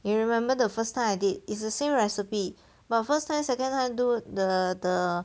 you remember the first time I did it's the same recipe but first time second time do the the